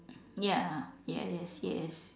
ya yes yes yes